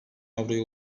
avroya